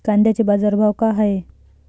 कांद्याचे बाजार भाव का हाये?